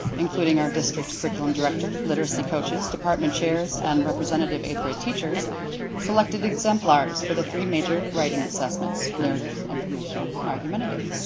including our district yeah um directors, literacy coaches, department chairs, and representative eighth grade teachers selected exemplars for the three major writing assessments, narrative, informational, and argumentative.